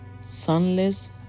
sunless